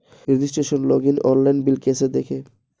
Registration login online bill कैसे देखें?